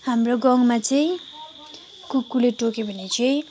हाम्रो गाउँमा चाहिँ कुकुरले टोक्यो भने चाहिँ